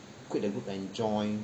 quit the group and join